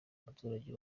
umuturage